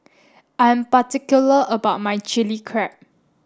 I'm particular about my chilli crab